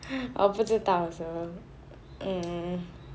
我不知道 also mm